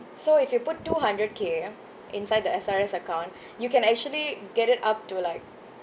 so if you put two hundred K inside the S_R_S account you can actually get it up to like